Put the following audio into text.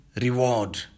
reward